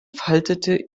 faltete